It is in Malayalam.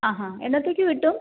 ആഹാ എന്നത്തേക്ക് കിട്ടും